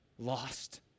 Lost